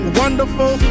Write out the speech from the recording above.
wonderful